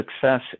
success